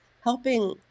helping